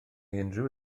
unrhyw